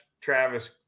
Travis